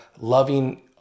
loving